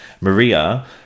maria